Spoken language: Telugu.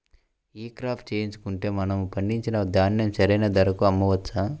ఈ క్రాప చేయించుకుంటే మనము పండించిన ధాన్యం సరైన ధరకు అమ్మవచ్చా?